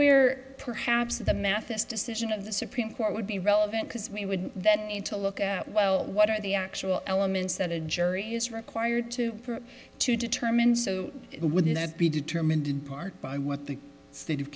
where perhaps the mathis decision of the supreme court would be relevant because we would that need to look at well what are the actual elements that a jury is required to to determine so it would be determined in part by what the state of